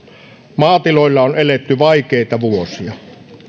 maatiloilla on eletty vaikeita vuosia